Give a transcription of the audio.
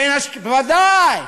בין אשכנזים,